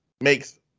makes